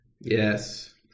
Yes